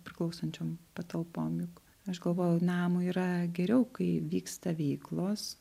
priklausančiom patalpom juk aš galvojau namui yra geriau kai vyksta veiklos